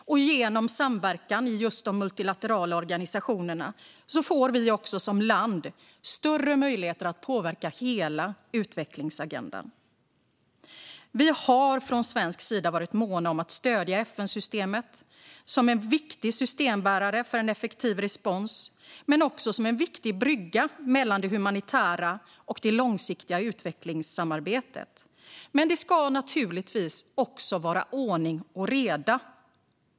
Och genom samverkan i just de multilaterala organisationerna får vi också som land större möjligheter att påverka hela utvecklingsagendan. Vi har från svensk sida varit måna om att stödja FN-systemet som en viktig systembärare för effektiv respons och även som en viktig brygga mellan det humanitära arbetet och det långsiktiga utvecklingssamarbetet. Men det ska naturligtvis också vara ordning och reda.